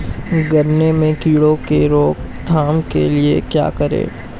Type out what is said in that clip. गन्ने में कीड़ों की रोक थाम के लिये क्या करें?